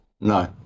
No